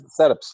setups